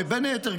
בין היתר,